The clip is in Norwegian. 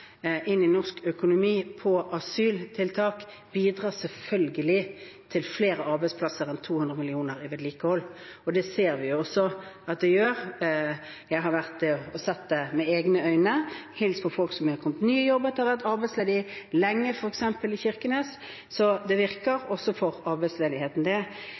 inn i norsk økonomi på asyltiltak bidrar selvfølgelig til flere arbeidsplasser enn 200 mill. kr. til vedlikehold. Det ser vi også at det gjør. Jeg har vært og sett det med egne øyne, hilst på folk som er kommet i ny jobb etter å ha vært arbeidsledig lenge, for eksempel i Kirkenes. Så dette virker også for arbeidsledigheten.